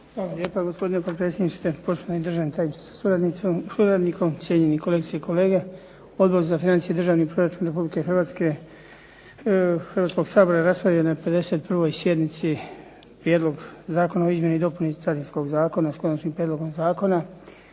lijepa gospodine potpredsjedniče. Poštovani državni tajniče sa suradnicima, suradnikom, cijenjeni kolegice i kolege. Odbor za financije i Državni proračun Republike Hrvatske Hrvatskog sabora raspravio je na 51. sjednici prijedlog zakona o izmjeni i dopuni Carinskog zakona s Konačnim prijedlogom zakona